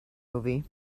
movie